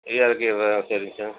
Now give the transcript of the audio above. இறக்கிடுறேன் சரிங்க சார்